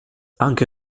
anche